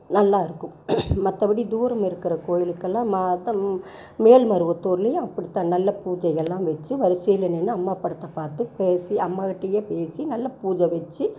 நல்லா இருக்கும் மற்றபடி தூரம் இருக்கிற கோவிலுக்கு எல்லாம் மா தம் மேல்மருவத்தூர்லேயும் அப்படித்தான் நல்ல பூஜைகெல்லாம் வச்சு வரிசையில் நின்று அம்மா படத்தை பார்த்து பேசி அம்மாகிட்டயே பேசி நல்லா பூஜா வச்சு